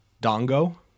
Dongo